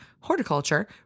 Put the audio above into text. horticulture